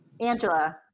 Angela